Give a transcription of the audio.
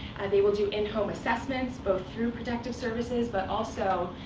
they will do in-home assessments, both through protective services but also,